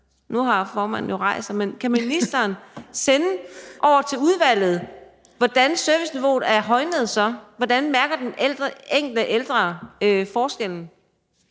Nu har formanden jo rejst sig, men kan ministeren oversende til udvalget, hvordan serviceniveauet så er højnet? Hvordan mærker den enkelte ældre forskellen?